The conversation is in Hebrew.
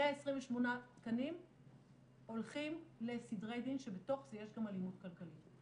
128 תקנים הולכים לסדרי דין שבתוך זה יש גם אלימות כלכלית.